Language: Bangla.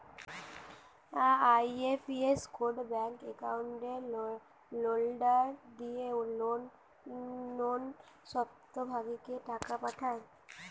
IFS code bank account holder দিয়ে নন স্বত্বভোগীকে টাকা পাঠায়